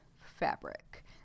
fabric